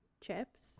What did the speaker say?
chips